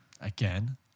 Again